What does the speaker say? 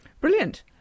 Brilliant